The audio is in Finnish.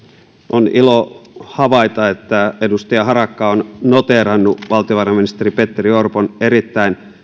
on ilo havaita että edustaja harakka on noteerannut valtiovarainministeri petteri orpon erittäin